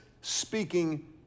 speaking